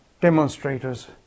demonstrators